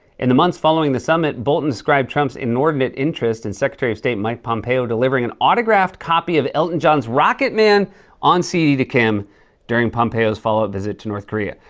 in the months following the summit, bolton described trump's inordinate interest in secretary of state mike pompeo delivering an autographed copy of elton john's rocket man on cd to kim during pompeo's follow-up visit to north korea.